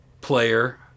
player